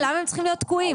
למה הם צריכים להיות תקועים?